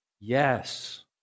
Yes